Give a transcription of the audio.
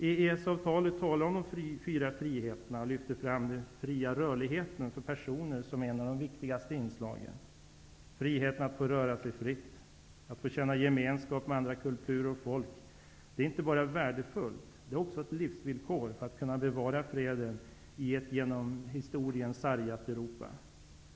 I EES-avtalet talas det om de fyra friheterna, och den fria rörligheten för personer lyfts fram som ett av de viktigaste inslagen. Friheten att få röra sig fritt, att få känna gemenskap med andra kulturer och folk är inte bara värdefull utan också ett livsvillkor för att kunna bevara freden i ett genom historien sargat Europa.